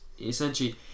Essentially